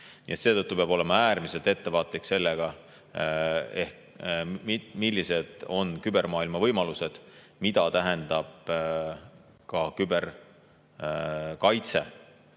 Seetõttu peab olema äärmiselt ettevaatlik sellega, millised on kübermaailma võimalused, mida tähendab ka küberkaitse.